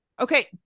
Okay